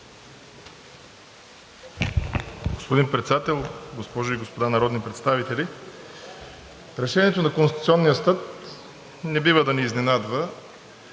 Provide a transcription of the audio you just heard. Господин Председател, госпожи и господа народни представители! Решението на Конституционния съд не бива да ни изненадва.